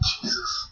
Jesus